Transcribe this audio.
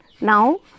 Now